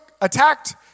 attacked